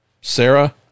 Sarah